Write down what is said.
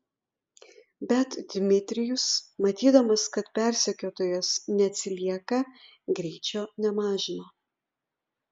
bet dmitrijus matydamas kad persekiotojas neatsilieka greičio nemažino